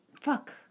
Fuck